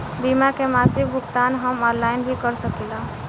बीमा के मासिक भुगतान हम ऑनलाइन भी कर सकीला?